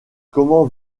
comment